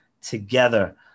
together